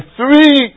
three